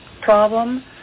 problem